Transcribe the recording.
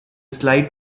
slight